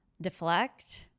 deflect